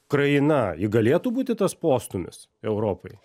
kraina ji galėtų būti tas postūmis europai